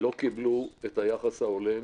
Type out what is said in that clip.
לא קיבלו את היחס ההולם.